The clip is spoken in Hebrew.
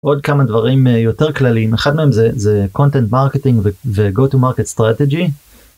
עוד כמה דברים יותר כללים אחד מהם זה content marketing וgo to market strategy.